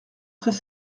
très